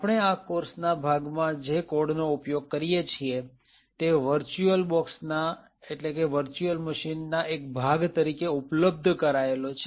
આપણે આ કોર્સ ના ભાગમાં જે કોડ નો ઉપયોગ કરીએ છીએ તે વર્ચ્યુઅલ બોક્ષ VM ના એક ભાગ તરીકે ઉપલબ્ધ કરાયેલો છે